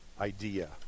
idea